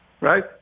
right